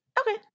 Okay